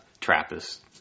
Trappist